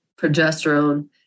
progesterone